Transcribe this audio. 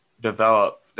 develop